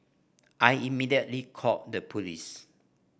I immediately called the police